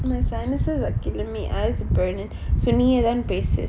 my sinuses are killing me as it burn it so எதானும் பேசு:ethanum pesu